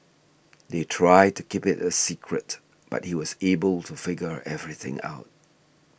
they tried to keep it a secret but he was able to figure everything out